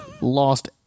Lost